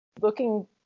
looking